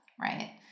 Right